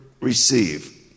receive